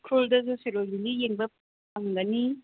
ꯎꯈ꯭ꯔꯨꯜꯗꯁꯨ ꯁꯤꯔꯣꯏ ꯂꯤꯂꯤ ꯌꯦꯡꯕ ꯐꯪꯒꯅꯤ